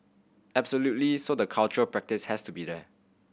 absolutely so the cultural practice has to be there